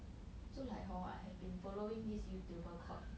so like hor I have been following this youtuber called